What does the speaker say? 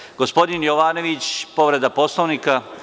Reč ima gospodin Jovanović, povreda Poslovnika.